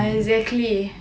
exactly